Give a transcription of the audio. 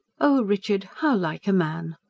oh, richard. how like a man!